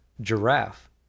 giraffe